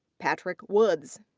patrick woods.